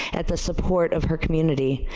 at the support of her community.